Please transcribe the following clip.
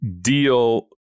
deal